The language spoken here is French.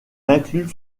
inclut